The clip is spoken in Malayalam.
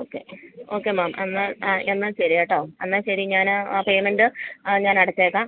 ഓക്കെ ഓക്കെ മാം എന്നാൽ ആ എന്നാൽ ശരി കേട്ടോ എന്നാൽ ശരി ഞാൻ ആ പേയ്മെൻറ് ഞാൻ അടച്ചേക്കാം